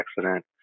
accident